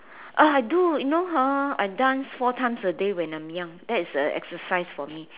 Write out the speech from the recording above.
oh I do you know ha I dance four times a day when I'm young that is uh exercise for me